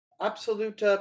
absolute